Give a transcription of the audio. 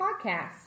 Podcast